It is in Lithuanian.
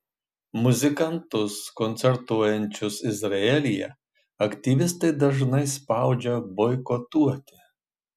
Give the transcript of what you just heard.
muzikantus koncertuojančius izraelyje aktyvistai dažnai spaudžia boikotuoti